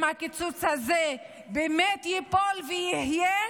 אם הקיצוץ הזה באמת ייפול ויהיה,